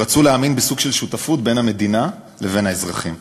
הם רצו להאמין בסוג של שותפות בין המדינה לבין האזרחים.